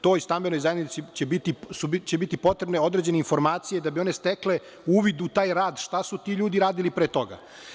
Toj stambenoj zajednici će biti potrebne određene informacije da bi one stekle uvid u taj rad šta su ti ljudi radili pre toga.